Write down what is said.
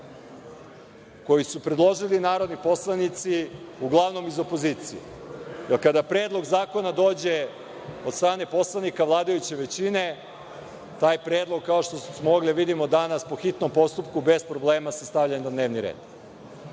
koji su predložili narodni poslanici, uglavnom iz opozicije. Da kada predlog zakona dođe od strane poslanika vladajuće većine taj predlog, kao što smo mogli da vidimo danas, po hitnom postupku bez problema se stavlja na dnevni